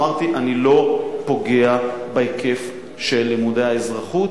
אמרתי: אני לא פוגע בהיקף של לימודי האזרחות.